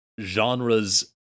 genres